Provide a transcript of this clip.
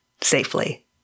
safely